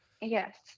Yes